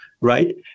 right